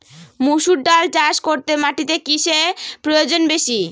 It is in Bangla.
মুসুর ডাল চাষ করতে মাটিতে কিসে প্রয়োজন বেশী?